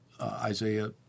Isaiah